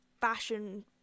fashion